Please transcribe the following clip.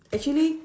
actually